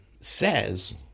says